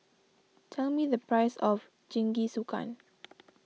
tell me the price of Jingisukan